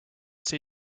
see